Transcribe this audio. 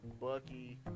Bucky